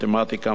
מתמטיקה,